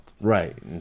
right